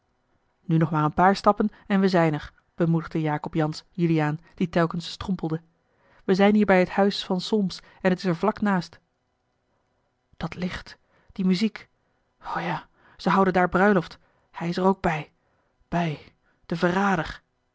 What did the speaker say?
nu nog maar een paar stappen en we zijn er bemoedigde jacob jansz juliaan die telkens strompelde wij zijn hier bij t huis van solms en t is er vlak naast dat licht die muziek o ja ze houden dààr bruiloft a l g bosboom-toussaint de delftsche wonderdokter eel hij is er ook bij hij de verrader